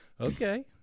Okay